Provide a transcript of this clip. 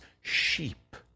sheep